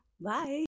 Bye